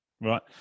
Right